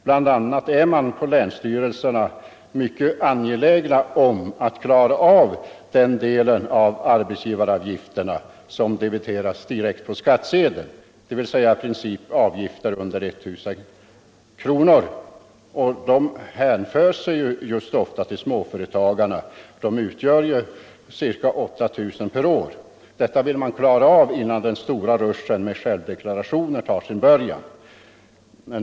Bland annat är man på länsstyrelserna angelägen att klara av den del av arbetsgivaravgifterna som debiteras direkt på skattsedeln, dvs. i princip avgifter under 1 000 kronor — de hänför sig ofta just till småföretagarna och utgör ca 80 000 per år — innan den stora ruschen med självdeklarationer tar sin början.